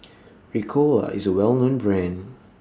Ricola IS A Well known Brand